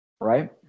right